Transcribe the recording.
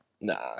Nah